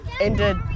ended